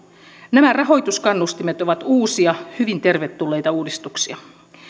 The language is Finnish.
nämä rahoituskannustimet ovat uusia hyvin tervetulleita uudistuksia